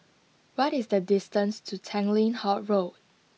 what is the distance to Tanglin Halt Road